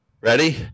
Ready